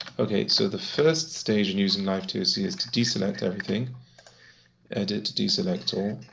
okay, so the first stage in using livetoc is to deselect everything edit deselect all.